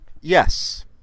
Yes